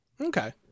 Okay